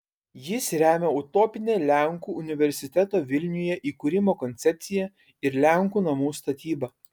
jis remia utopinę lenkų universiteto vilniuje įkūrimo koncepciją ir lenkų namų statybą